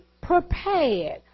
prepared